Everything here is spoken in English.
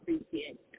appreciate